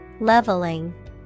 Leveling